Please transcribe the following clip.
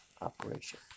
Operation